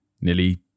nearly